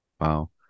Wow